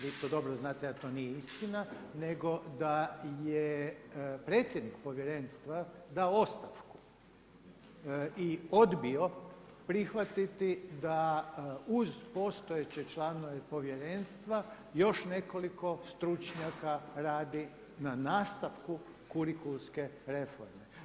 Vi to dobro znate da to nije istina, nego da je predsjednik povjerenstva dao ostavku i odbio prihvatiti da uz postojeće članove povjerenstva još nekoliko stručnjaka radi na nastavku kurikulske reforme.